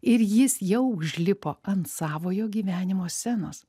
ir jis jau užlipo ant savojo gyvenimo scenos